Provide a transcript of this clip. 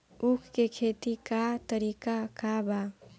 उख के खेती का तरीका का बा?